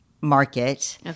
market